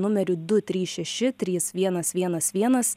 numeriu du trys šeši trys vienas vienas vienas